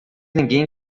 ninguém